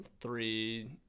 three